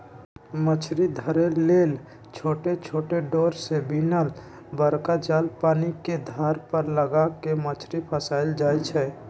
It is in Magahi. मछरी धरे लेल छोट छोट डोरा से बिनल बरका जाल पानिके धार पर लगा कऽ मछरी फसायल जाइ छै